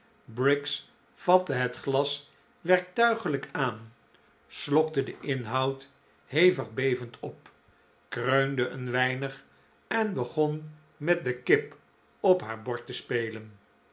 briggs vatte het glas werktuigelijk aan slokte den inhoud hevig bevend op kreunde een weinig en begon met de kip op haar bord te spelen